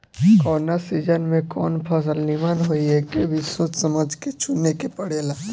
कवना सीजन में कवन फसल निमन होई एके भी सोच समझ के चुने के पड़ेला